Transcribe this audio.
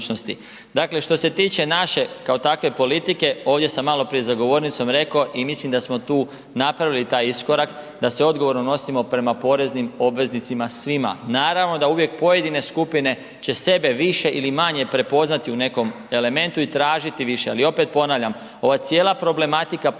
Dakle, što se tiče naše kao takve politike, ovdje sam maloprije za govornicom rekao i mislim da smo tu napravili taj iskorak da se odgovorno nosimo prema poreznim obveznicima svima. Naravno da uvijek pojedine skupine će sebe više ili manje prepoznati u nekom elementu i tražiti više. Ali opet ponavljam, ova cijela problematika plaća